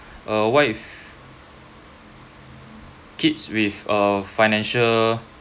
uh what if kids with uh financial